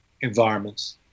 environments